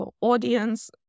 audience